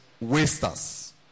wasters